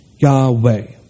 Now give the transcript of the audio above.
Yahweh